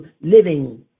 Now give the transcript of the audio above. living